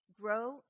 grow